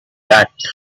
act